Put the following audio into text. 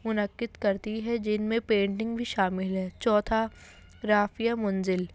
منعقد کرتی ہے جن میں پینٹنگ بھی شامل ہے چوتھا رافعہ منزل